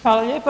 Hvala lijepa.